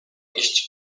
iść